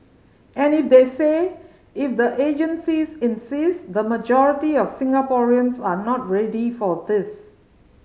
and if they say if the agencies insist the majority of Singaporeans are not ready for this